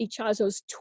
Ichazo's